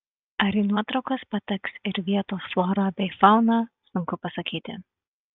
ar į nuotraukas pateks ir vietos flora bei fauna sunku pasakyti